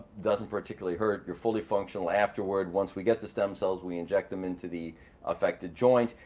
doesn't particularly hurt, you're fully functional afterward. once we get the stem cells we inject them into the affected joint,